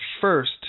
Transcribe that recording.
first